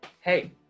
hey